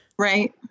Right